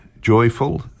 joyful